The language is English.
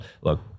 look